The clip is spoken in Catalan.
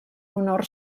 honor